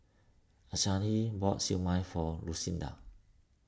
Anahi bought Siew Mai for Lucinda